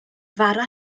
fara